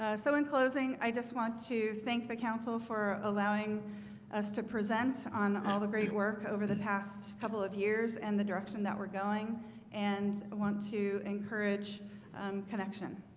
ah so in closing i just want to thank the council for allowing us to present on all the great work over the past couple of years and the direction that we're going and i want to encourage connection